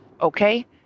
Okay